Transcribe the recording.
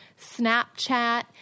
Snapchat